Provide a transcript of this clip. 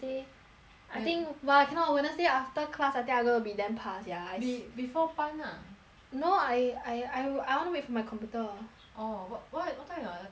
I think !wah! cannot wednesday after class I think I'm gonna be damn 怕 sia be~ before 班 lah no I I I I want wait for my computer orh wha~ what what time your laptop coming I don't know